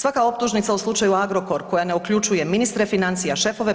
Svaka optužnica u slučaju Agrokor koja ne uključuje ministre financija, šefove